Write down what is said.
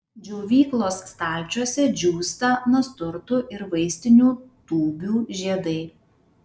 džiovyklos stalčiuose džiūsta nasturtų ir vaistinių tūbių žiedai